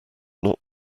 not